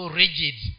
rigid